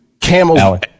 camel